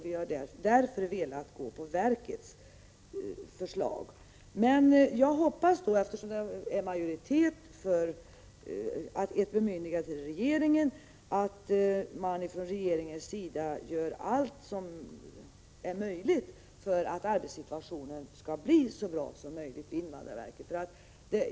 Vi har därför velat följa verkets förslag. Men eftersom det är majoritet för detta hoppas jag på ett bemyndigande till regeringen att göra allt för att arbetssituationen på invandrarverket skall bli så bra som möjligt.